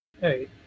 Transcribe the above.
Hey